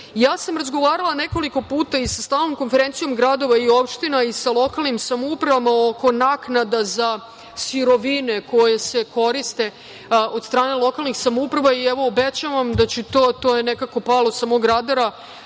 sam razgovarala nekoliko puta i sa stalnom konferencijom gradova i opština i sa lokalnim samoupravama oko naknada za sirovine koje se koriste od strane lokalnih samouprava i evo, obećavam da ću sesti sa ministrom